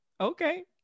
okay